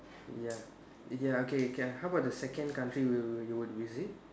ya ya okay okay how about the second country you will you would visit